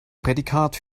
prädikat